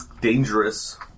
Dangerous